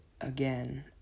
again